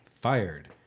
fired